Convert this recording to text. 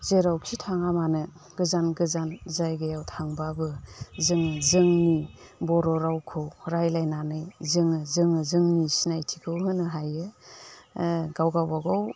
जेरावखि थाङा मानो गोजान गोजान जायगायाव थांब्लाबो जोङो जोंनि बर' रावखौ रायज्लायनानै जोङो जोङो जोंनि सिनायथिखौ होनो हायो गावगाबा गाव